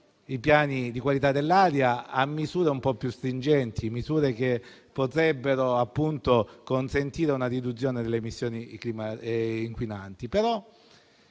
i piani di qualità dell'aria a misure più stringenti, che potrebbero consentire una riduzione delle emissioni clima-inquinanti.